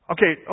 Okay